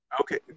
Okay